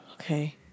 Okay